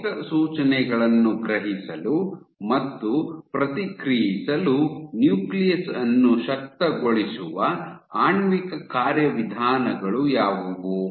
ಭೌತಿಕ ಸೂಚನೆಗಳನ್ನು ಗ್ರಹಿಸಲು ಮತ್ತು ಪ್ರತಿಕ್ರಿಯಿಸಲು ನ್ಯೂಕ್ಲಿಯಸ್ ಅನ್ನು ಶಕ್ತಗೊಳಿಸುವ ಆಣ್ವಿಕ ಕಾರ್ಯವಿಧಾನಗಳು ಯಾವುವು